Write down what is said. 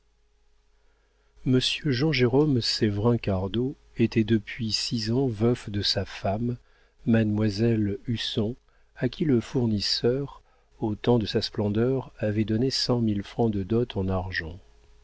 jean jérôme séverin cardot était depuis six ans veuf de sa femme mademoiselle husson à qui le fournisseur au temps de sa splendeur avait donné cent mille francs de dot en argent